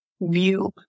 view